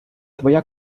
твоя